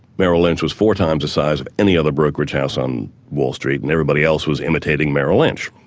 merrill lynch was four times the size of any other brokerage house on wall street, and everybody else was imitating merrill lynch.